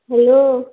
hello